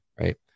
right